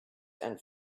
and